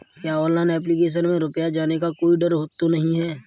क्या online application में रुपया जाने का कोई डर तो नही है?